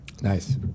nice